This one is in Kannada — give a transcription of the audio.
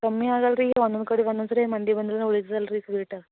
ಒಮ್ಮೆ ಆಗಲ್ಲ ರೀ ಒದೊಂದು ಕಡೆ ಒದೊಂದುಸರಿ ಮಂದಿ ಬಂದ್ರನು ಉಳಿತದಲ್ಲ ರೀ ಸ್ವೀಟ